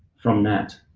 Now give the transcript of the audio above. from matt,